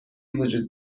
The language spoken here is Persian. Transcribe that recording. وجود